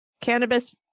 cannabis